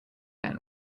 men